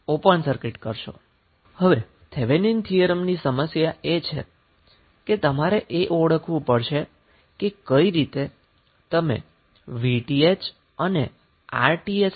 હવે Thevenin theorem ની સમસ્યા એ છે કે તમારે એ ઓળખવું પડશે કે કઈ રીતે તમે Vth અને Rth ની કિંમતની ગણતરી કરો છો